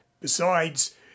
Besides